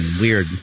weird